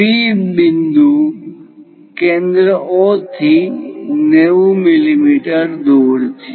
P બિંદુ કેન્દ્ર O થી 90 મીમી દૂર છે